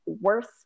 worth